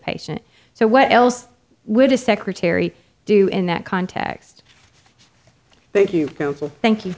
patient so what else would a secretary do in that context thank you you thank